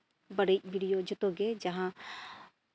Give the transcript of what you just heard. ᱵᱟᱹᱲᱤᱡ ᱵᱷᱤᱰᱭᱳ ᱡᱚᱛᱚᱜᱮ ᱡᱟᱦᱟᱸ